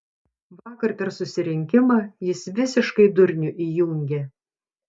vakar per susirinkimą jis visiškai durnių įjungė